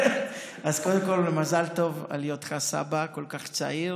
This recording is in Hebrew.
אז קודם כול מזל טוב על היותך סבא כל כך צעיר.